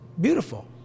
beautiful